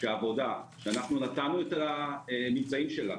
שעבודה שנתנו את הממצאים שלה